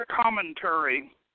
commentary